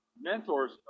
mentors